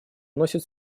носит